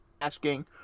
asking